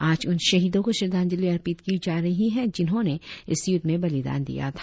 आज उन शहीदों को श्रद्धांजलि अर्पित की जा रही है जिन्होंने इस युद्ध में बलिदान दिया था